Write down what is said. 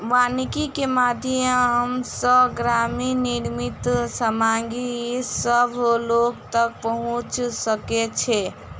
वानिकी के माध्यम सॅ ग्रामीण निर्मित सामग्री सभ लोक तक पहुँच सकै छै